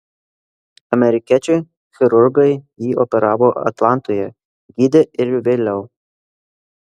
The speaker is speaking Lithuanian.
amerikiečiai chirurgai jį operavo atlantoje gydė ir vėliau